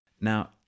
Now